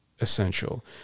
essential